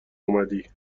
اومدی